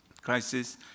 crisis